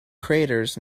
craters